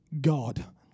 God